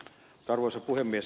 arvoisa puhemies